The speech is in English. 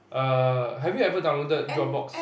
err have you ever downloaded dropbox